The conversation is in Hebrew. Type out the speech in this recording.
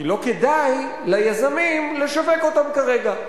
כי לא כדאי ליזמים לשווק אותן כרגע.